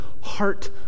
heart